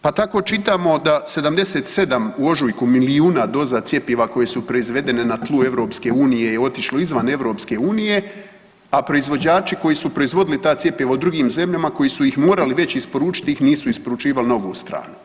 Pa tako čitamo da 77 u ožujku milijuna doza cjepiva koje su proizvedene na tlu EU je otišlo izvan EU, a proizvođači koji su proizvodili ta cjepiva u drugim zemljama koji su ih morali već isporučiti, tih nisu isporučivali na ovu stranu.